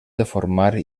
deformar